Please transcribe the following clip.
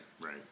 right